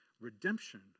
redemption